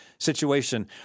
situation